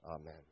Amen